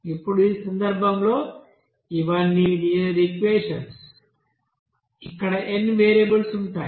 ఇప్పుడు ఈ సందర్భంలో ఇవన్నీ లినియర్ ఈక్వెషన్స్ు ఇక్కడ n వేరియబుల్స్ ఉంటాయి